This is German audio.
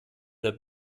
der